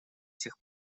сих